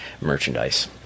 merchandise